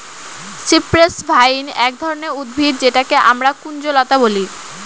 cypress vine এক ধরনের উদ্ভিদ যেটাকে আমরা কুঞ্জলতা বলি